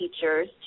teachers